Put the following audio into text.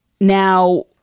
Now